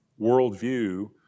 worldview